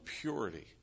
purity